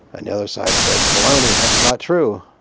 and the other side said bologna. that's not true.